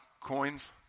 coins